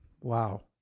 wow